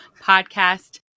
podcast